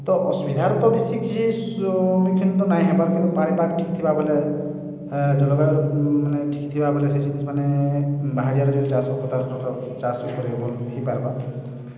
ତ ଅସୁବିଧାର ତ ବେଶୀ କିଛି ଇଖିନ୍ ତ ନାଇଁ ହେବାର୍ କିନ୍ତୁ ପାଣିପାଗ୍ ଠିକ୍ ଥିବା ବଲେ ଜଳବାୟୁ ମାନେ ଠିକ୍ ଥିବା ବଲେ ସେ ଜିନିଷ୍ ମାନେ ବାହାରିଆଡ଼ ଚାଷ୍ ଉପରେ ଭଲ୍ ହେଇପାର୍ବା